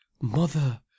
Mother